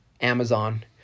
Amazon